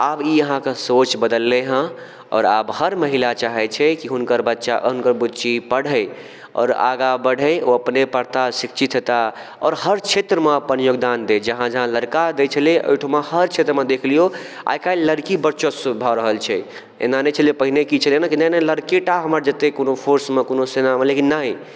आब ई अहाँके सोच बदललै हँ आओर आब हर महिला चाहै छै कि हुनकर बच्चा अङ्ग बुच्ची पढ़ै आओर आगाँ बढै ओ अपने पढ़ता शिक्षित हेता आओर हर क्षेत्रमे अप्पन योगदान दै जहाँ जहाँ लड़का दै छलै ओइठमा हर क्षेत्रमे देख लियौ आइकाल्हि लड़की वर्चस्व भऽ रहल छै एना नहि छलै पहिने की छलै कि नहि नहि लड़के टा हमर जेत्तै कोनो फोर्समे कोनो सेनामऽ बुल लेकिन नइ